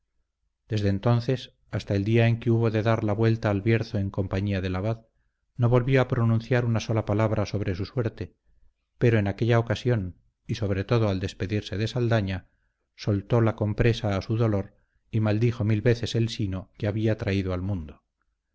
desde entonces hasta el día en que hubo de dar la vuelta al bierzo en compañía del abad no volvió a pronunciar una sola palabra sobre su suerte pero en aquella ocasión y sobre todo al despedirse de saldaña soltó la compresa a su dolor y maldijo mil veces del sino que había traído al mundo